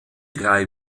drei